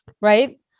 right